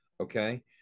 Okay